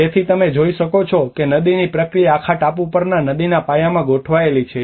તેથી તમે જોઈ શકો છો કે નદીની પ્રક્રિયા આખા ટાપુ પર નદીના પાયામાં ગોઠવાયેલી છે